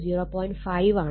5 ആണ്